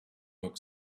look